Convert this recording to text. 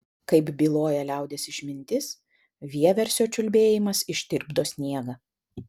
kaip byloja liaudies išmintis vieversio čiulbėjimas ištirpdo sniegą